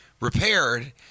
repaired